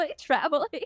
traveling